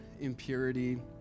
impurity